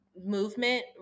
movement